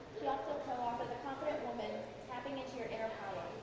she also came up with the confident woman tapping into your inner power.